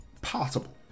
Possible